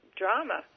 drama